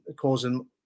causing